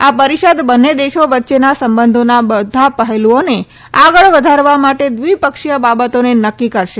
આ પરિષદ બંને દેશો વચ્ચેના સંબંધોના બધા પહેલુઓને આગળ વધારવા માટે દ્વિપક્ષીય બાબતોને નક્કી કરશે